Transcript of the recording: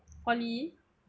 poly